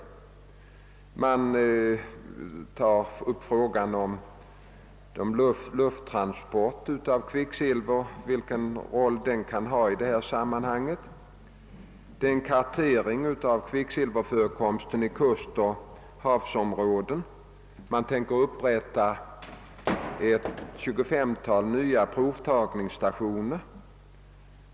Utredningen tar upp frågan om vilken roll lufttransport av kvicksilver kan ha i detta sammanhang och kartering av kvicksilverförekomsten vid kuster och i havsområden. Man tänker upprätta ett tjugofemtal provtagningsstationer.